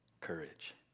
courage